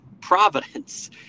Providence